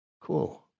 Cool